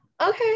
okay